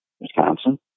Wisconsin